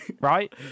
right